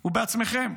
הוא בעצמכם.